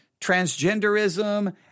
transgenderism